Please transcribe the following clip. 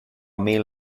meal